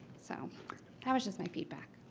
so that was just my feedback.